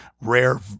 rare